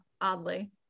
oddly